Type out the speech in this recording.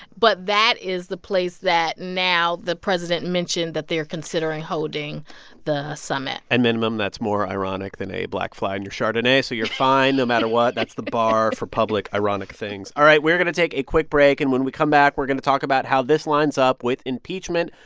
but that is the place that now the president mentioned that they are considering holding the summit at minimum, that's more ironic than a black fly in your chardonnay. so you're fine no matter what. that's the bar for public ironic things. all right, we're going to take a quick break. and when we come back, we're going to talk about how this lines up with impeachment,